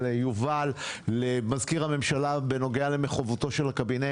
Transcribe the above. להבא גם נדאג שזה לא יהיה ביום רביעי.